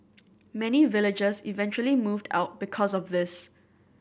many villagers eventually moved out because of this